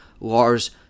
Lars